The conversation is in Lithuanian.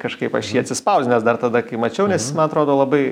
kažkaip aš jį atsispausdinęs dar tada kai mačiau nes jis man atrodo labai